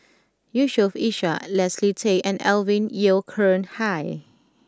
Yusof Ishak Leslie Tay and Alvin Yeo Khirn Hai